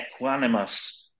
equanimous